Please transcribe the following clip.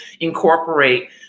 incorporate